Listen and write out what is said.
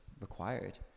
required